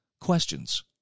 questions